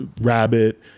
rabbit